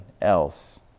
else